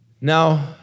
Now